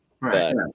Right